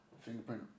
fingerprint